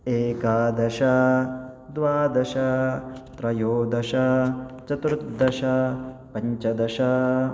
एकादश द्वादश त्रयोदश चतुर्दश पञ्चदश